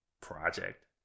project